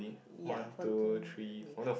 ya one two three four